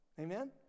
amen